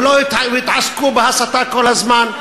ולא יתעסקו בהסתה כל הזמן.